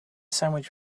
sandwich